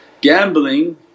Gambling